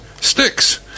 sticks